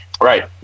Right